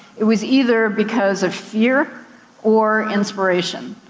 it was either because of fear or inspiration.